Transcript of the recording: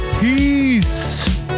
Peace